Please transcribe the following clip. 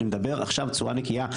אני מדבר עכשיו בצורה נקייה.